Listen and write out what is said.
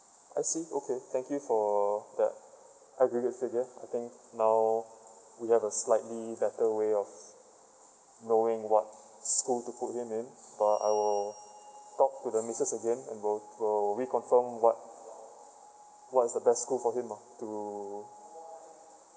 I see okay thank you for that agreed with you I think now we have a slightly better way of knowing what school to put him in but I will talk to the missus again and will will reconfirm what what is the best school for him ah to